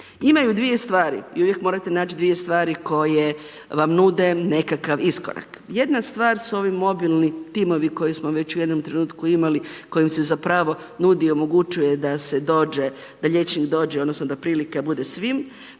Imaju dvoje stvari i uvijek morate naći dvije stvari koje vam nude nekakav iskorak. Jedna stvar su ovi mobilni timovi koje smo već u jednom trenutku imali kojim se zapravo nudi i omogućuje da se dođe, da liječnik dođe, odnosno da prilika bude svima.